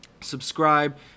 Subscribe